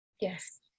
Yes